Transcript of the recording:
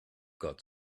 got